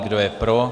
Kdo je pro?